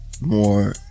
more